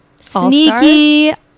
sneaky